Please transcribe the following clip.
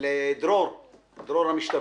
לדרור וגשל,